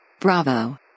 Bravo